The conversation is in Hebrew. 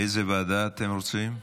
לאיזו ועדה אתם רוצים?